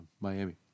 Miami